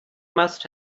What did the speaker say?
must